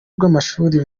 rw’amashuri